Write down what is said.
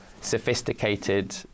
sophisticated